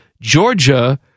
Georgia